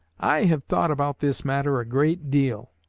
i have thought about this matter a great deal,